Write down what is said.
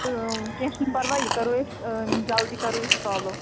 تہٕ کیٚنہہ چھُنہٕ پرواے یہِ کَرَو أسۍ جلدی کَرَو یہِ سالُو